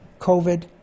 COVID